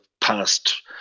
past